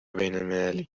بینالمللی